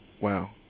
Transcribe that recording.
Wow